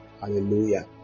hallelujah